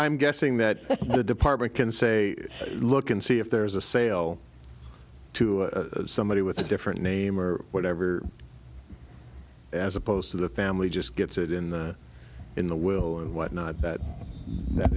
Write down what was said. i'm guessing that the department can say look and see if there is a sale to somebody with a different name or whatever as opposed to the family just gets it in the in the will and what not that